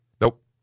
Nope